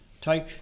Take